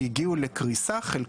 שהגיעו לקריסה במהלך השנים האחרונות,